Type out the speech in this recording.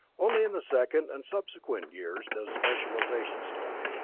only in the second and subsequent years does specialization start.